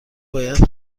باید